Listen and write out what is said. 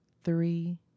three